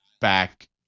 back